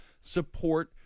support